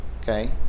okay